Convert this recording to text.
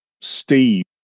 Steve